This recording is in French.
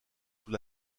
sous